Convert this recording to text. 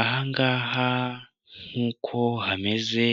Aha ngaha nk'uko hameze,